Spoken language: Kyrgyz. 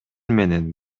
менен